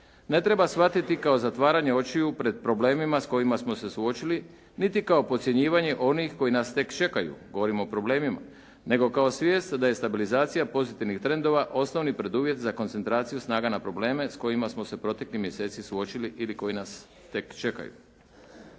ne treba shvatiti kao zatvaranje očiju pred problemima s kojima smo se suočili niti kao podcjenjivanje onih koji nas tek čekaju, govorim o problemima, nego kao svijest da je stabilizacija pozitivnih trendova osnovni preduvjet za koncentraciju snaga na probleme s kojima smo se proteklih mjeseci suočili ili koji nas tek čekaju.